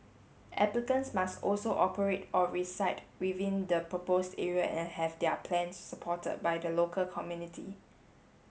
applicants must also operate or reside within the proposed area and have their plans supported by the local community